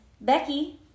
Becky